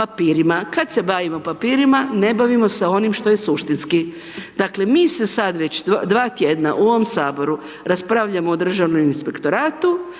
papirima. Kad se bavimo papirima, ne bavimo se onim što je suštinski. Dakle mi sad već dva tjedna u ovom Saboru raspravljamo o Državnom inspektoratu,